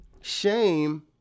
shame